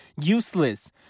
useless